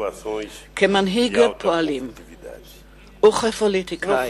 כמנהיג פועלים וכפוליטיקאי,